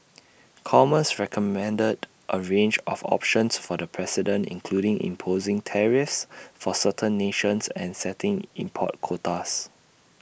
commerce recommended A range of options for the president including imposing tariffs for certain nations and setting import quotas